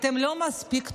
אתם לא מספיק טובים.